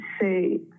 say